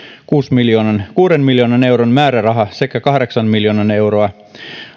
kuuden miljoonan kuuden miljoonan euron määräraha sekä kahdeksan miljoonaa euroa